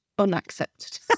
Unaccepted